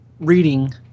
reading